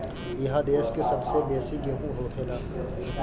इहा देश के सबसे बेसी गेहूं होखेला